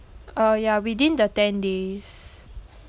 uh ya within the ten days